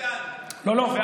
אבל כאשר מגיעה התשובה,